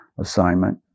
assignment